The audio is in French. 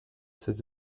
cet